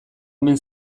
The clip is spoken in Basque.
omen